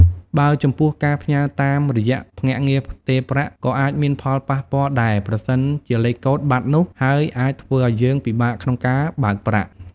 បើចំពោះការផ្ញើរតាមរយៈភ្នាក់ងារផ្ទេរប្រាក់ក៏អាចមានផលប៉ះពាល់ដែលប្រសិនជាលេខកូដបាត់នោះ ហើយអាចធ្វើឲ្យយើងពិបាកក្នុងការបើកប្រាក់។